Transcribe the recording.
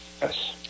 Yes